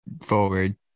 forward